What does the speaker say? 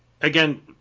again